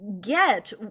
get